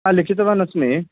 लिखितवान् अस्मि